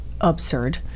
absurd